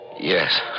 Yes